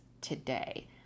today